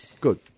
Good